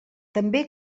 també